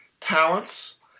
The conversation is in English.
talents